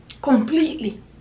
completely